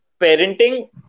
parenting